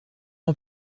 ans